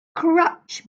crouch